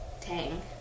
Tang